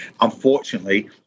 Unfortunately